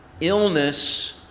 illness